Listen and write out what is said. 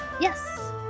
Yes